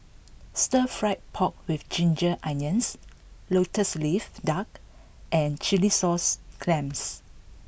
stir Fry Pork with Ginger Onions Lotus Leaf Duck and Chilli Sauce Clams